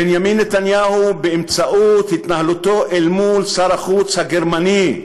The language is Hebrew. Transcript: בנימין נתניהו, בהתנהלותו אל מול שר החוץ הגרמני,